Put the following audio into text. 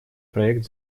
проект